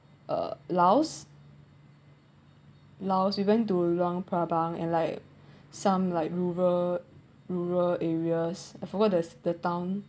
uh laos laos we went to luang prabang and like some like rural rural areas I forgot this the town